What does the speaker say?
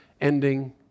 ending